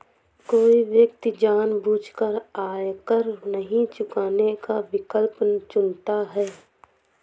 कोई व्यक्ति जानबूझकर आयकर नहीं चुकाने का विकल्प चुनता है